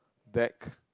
back